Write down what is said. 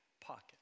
pocket